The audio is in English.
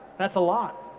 that's a lot.